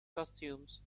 costumes